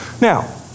Now